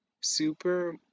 Super